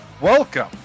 welcome